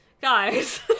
Guys